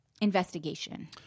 investigation